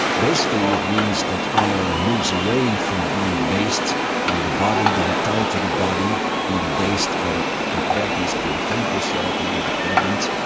basically it means that honour moves away from being based on the body, being tied to the body, being based on preparedness to defend yourself and your dependants,